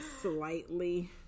slightly